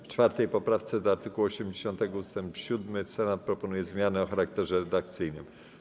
W 4. poprawce do art. 80 ust. 7 Senat proponuje zmianę o charakterze redakcyjnym.